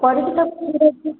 କରିକି ତାକୁ ଫ୍ରିଜ୍ରେ ରଖିଲି